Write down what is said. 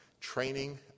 training